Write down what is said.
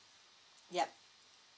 yup